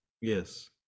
Yes